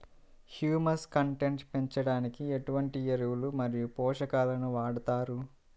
Humus content పెంచడానికి ఎటువంటి ఎరువులు మరియు పోషకాలను వాడతారు?